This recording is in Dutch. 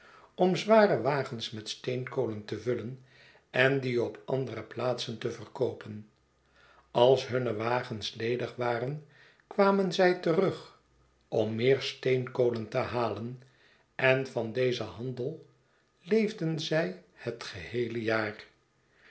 om zware wagens met steenkolen te vulien en die op andere plaatsen te verkoopen als hunne wagens ledig waren kwamen zij terugom meer steenkolen te halen en van dozen handelleefden zij het geheele jaar